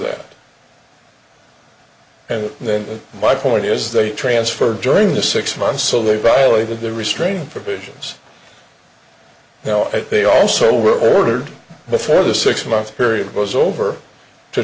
that and then my point is they transferred during the six months so they violated the restraining provisions now it they also were ordered before the six month period was over to